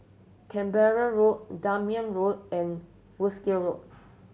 Canberra Road Dunman Road and Wolskel Road